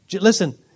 Listen